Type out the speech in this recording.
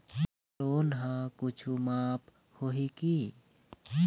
मोर loan हा कुछू माफ होही की?